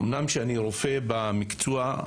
אני רופא במקצוע,